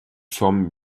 formes